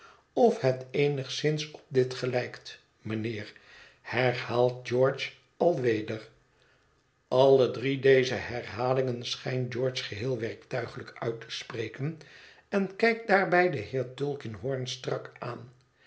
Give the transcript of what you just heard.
of het eenigszins op dit gelijkt mijnheer herhaalt george alweder alle drie deze herhalingen schijnt george geheel werktuiglijk uit te spreken en kijkt daarbij den heer tulkinghorn strak aan